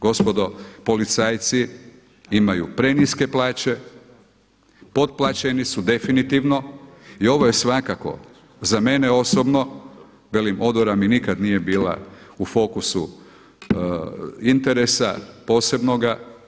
Gospodo policajci imaju preniske plaće, potplaćeni su definitivno i ovo je svakako za mene osobno, velim odora mi nikad nije bila u fokusu interesa posebnoga.